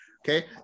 okay